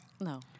No